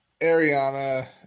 Ariana